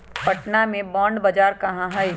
पटनवा में बॉण्ड बाजार कहाँ हई?